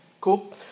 Cool